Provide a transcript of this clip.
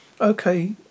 Okay